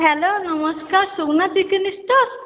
hello নমস্কার Sugana chicken stores